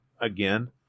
again